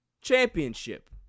Championship